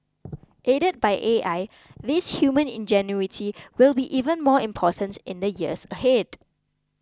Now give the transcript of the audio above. aided by A I this human ingenuity will be even more important in the years ahead